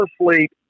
asleep